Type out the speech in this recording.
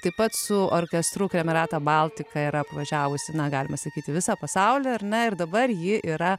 taip pat su orkestru kamerata baltika yra apvažiavusi na galima sakyti visą pasaulį ar ne ir dabar ji yra